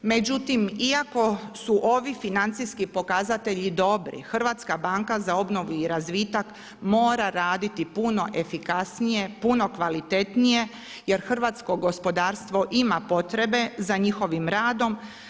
Međutim, iako su ovi financijski pokazatelji dobri, Hrvatska banka za obnovu i razvitak mora raditi puno efikasnije, puno kvalitetnije, jer hrvatsko gospodarstvo ima potrebe za njihovim radom.